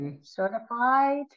certified